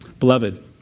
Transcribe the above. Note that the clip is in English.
Beloved